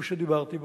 הוא שדיברתי בו,